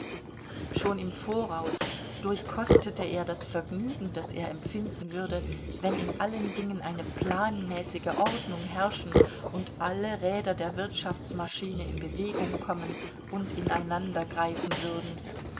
schon im voraus durchkostete er das vergnügen das er empfinden würde wenn in allen dingen eine planmäßige ordnung herrschen und alle räder der wirtschaftsmaschine in bewegung kommen und ineinandergreifen würden